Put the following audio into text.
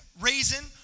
raisin